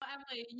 Emily